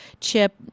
Chip